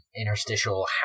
interstitial